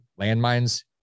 Landmines